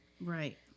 Right